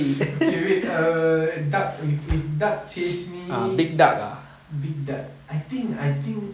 okay wait err duck if duck chase me big duck I think I think